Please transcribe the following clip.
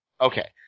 Okay